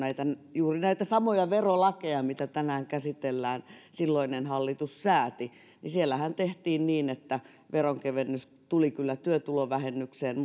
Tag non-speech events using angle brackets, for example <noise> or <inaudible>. juuri näitä samoja verolakeja mitä tänään käsitellään silloinen hallitus sääti ja siellähän tehtiin niin että veronkevennys tuli kyllä työtulovähennykseen <unintelligible>